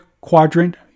quadrant